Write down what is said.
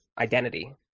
identity